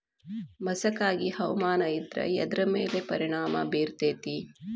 ಮಸಕಾಗಿ ಹವಾಮಾನ ಇದ್ರ ಎದ್ರ ಮೇಲೆ ಪರಿಣಾಮ ಬಿರತೇತಿ?